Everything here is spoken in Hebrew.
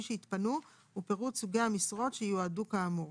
שיתפנו ופירוט סוג המשרות שייועדו כאמור;